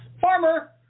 Farmer